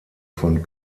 von